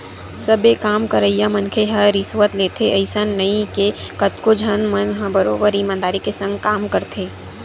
सबे काम करइया मनखे ह रिस्वत लेथे अइसन नइ हे कतको झन मन ह बरोबर ईमानदारी के संग काम करथे